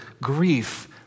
grief